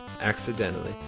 Accidentally